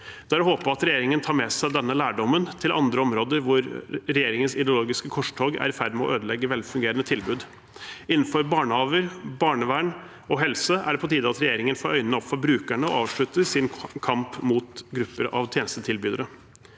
Det er å håpe at regjeringen tar med seg denne lærdommen til andre områder hvor regjeringens ideologiske korstog er i ferd med å ødelegge velfungerende tilbud. Innenfor barnehager, barnevern og helse er det på tide at regjeringen får øynene opp for brukerne og avslutter sin kamp mot grupper av tjenestetilbydere.